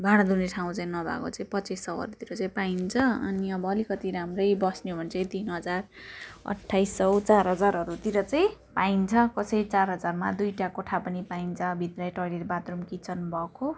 भाँडा धुने ठाउँ चाहिँ नभएको चाहिँ पच्चिस सौहरूतिर चाहिँ पाइन्छ अनि अब अलिकति राम्रै बस्ने हो भने चाहिँ तिन हजार अट्ठाइस सौ चार हजारहरूतिर चाहिँ पाइन्छ कसै चार हजारमा दुईवटा कोठा पनि पाइन्छ भित्रै टोयलेट बाथरूम किचन भएको